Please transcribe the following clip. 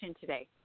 today